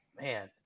man